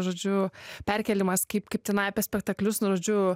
žodžiu perkėlimas kaip kaip tenai apie spektaklius nu žodžiu